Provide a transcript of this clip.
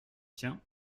tiens